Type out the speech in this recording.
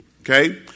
okay